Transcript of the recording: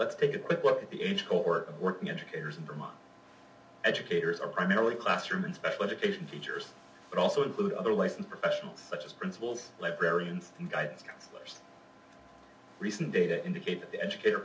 let's take a quick look at the age cohort of working educators and vermont educators are primarily classroom and special education teachers but also include other licensed professionals such as principals librarians and guidance counselors recent data indicate that the educator